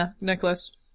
necklace